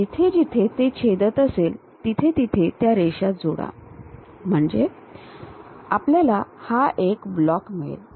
तर जिथे जिथे ते छेदत असेल तिथे तिथे त्या रेषा जोडा म्हणजे आपल्याला हा एक ब्लॉक मिळेल